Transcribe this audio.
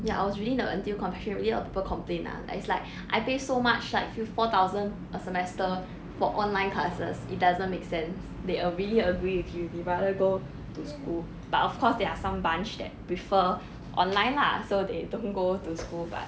ya I was reading the N_T_U confessions really a lot of people complain lah like it's like I pay so much like few four thousand a semester for online classes it doesn't make sense they err really agree with you they rather go to school but of course there are some bunch that prefer online lah so they don't go to school but